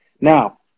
Now